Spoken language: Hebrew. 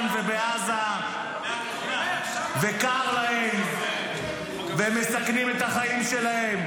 ובעזה וקר להם והם מסכנים את החיים שלהם,